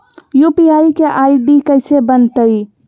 UPI के ID कैसे बनतई?